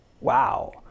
Wow